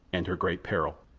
and her great peril.